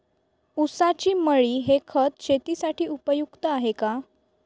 ऊसाची मळी हे खत शेतीसाठी उपयुक्त आहे का?